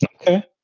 Okay